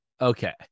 okay